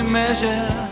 measure